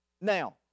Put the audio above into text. Now